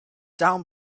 down